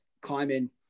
climbing